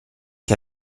che